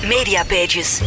MediaPages